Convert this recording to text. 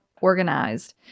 organized